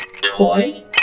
Toy